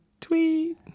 tweet